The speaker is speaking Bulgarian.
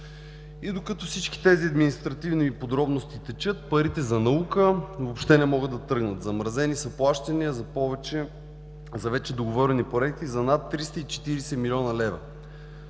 И докато всички тези административни подробности текат, парите за наука въобще не могат да тръгнат. Замразени са плащания за вече договорени проекти за над 340 млн. лв.